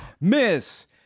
miss